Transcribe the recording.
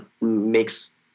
makes